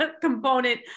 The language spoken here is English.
component